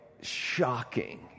shocking